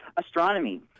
Astronomy